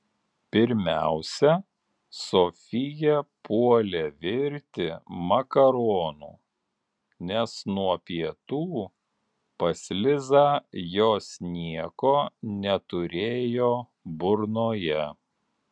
pirmiausia sofija puolė virti makaronų nes nuo pietų pas lizą jos nieko neturėjo burnoje